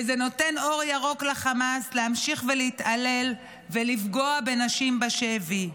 וזה נותן אור ירוק לחמאס להמשיך להתעלל ולפגוע בנשים בשבי.